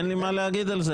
ואין לי מה להגיד על זה,